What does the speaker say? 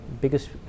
biggest